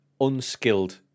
unskilled